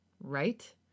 Right